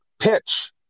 pitch